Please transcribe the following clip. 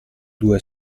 due